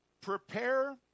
Prepare